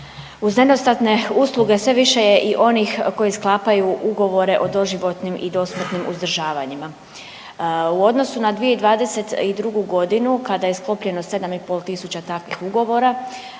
Uz nedostatne usluge sve više je i oni koji sklapaju ugovore o doživotnim i dosmrtnim uzdržavanjima. U odnosu na 2022.g. kada je sklopljeno 7,5 tisuća takvih ugovora